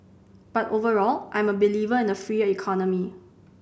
but overall I'm a believer in a freer economy